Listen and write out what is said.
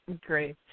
Great